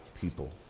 people